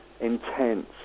intense